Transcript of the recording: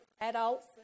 adults